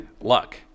luck